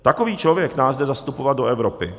Takový člověk nás jde zastupovat do Evropy.